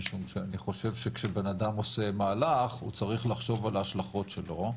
אני חושב שכשבן אדם עושה מהלך הוא צריך לחשוב על ההשלכות שלו.